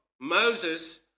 Moses